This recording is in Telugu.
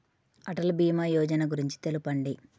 అటల్ భీమా యోజన గురించి తెలుపండి?